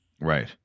Right